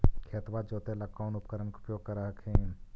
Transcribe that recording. खेतबा जोते ला कौन उपकरण के उपयोग कर हखिन?